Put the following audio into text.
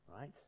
right